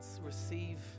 receive